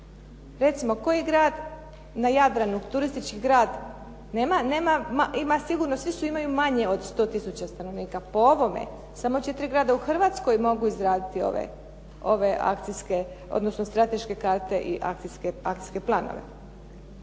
Recimo, koji grad na Jadranu, turistički grad svi imaju manje od 100 tisuća stanovnika. Po ovome, samo 4 grada u Hrvatskoj mogu izraditi ove strateške karte i akcijske planove.